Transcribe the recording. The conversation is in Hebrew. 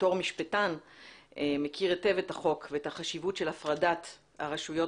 כמשפטן מכיר היטב את החוק ואת החשיבות של הפרדת הרשויות